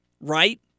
Right